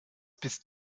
bist